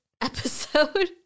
episode